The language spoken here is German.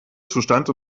zustand